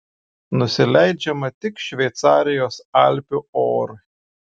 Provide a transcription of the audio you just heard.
nusileidžiama tik šveicarijos alpių orui